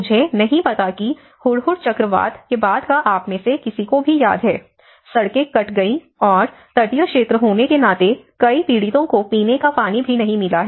मुझे नहीं पता कि हुदहुद चक्रवात के बाद का आप में से किसी को भी याद है सड़कें कट गई और तटीय क्षेत्र होने के नाते कई पीड़ितों को पीने का पानी भी नहीं मिला है